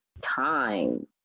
time